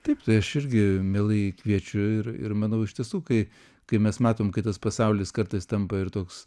taip tai aš irgi mielai kviečiu ir ir manau iš tiesų kai kai mes matom kai tas pasaulis kartais tampa ir toks